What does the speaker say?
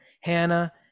Hannah